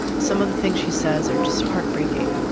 some of the things she says are just heartbreaking.